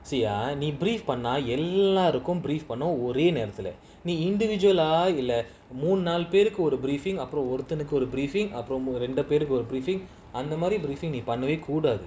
see ah நீ:nee brief பண்ணஎல்லோருக்கும்:panna ellorukum for not worry ஒரேநேரத்துல:ore nerathula the individual lah இல்லமூணுநாலுபேருக்குஒரு:illa moonu naalu peruku oru briefing அப்புறம்ஒருத்தனுக்குஇரு:apuram oruthanuku iru briefing அப்புறம்ரெண்டுபேருக்குஒரு:apuram rendu peruku oru briefing அந்தமாதிரிநீபண்ணவேகூடாது:andha madhiri nee pannave koodathu